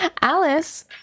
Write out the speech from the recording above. alice